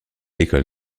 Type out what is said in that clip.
l’école